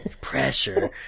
Pressure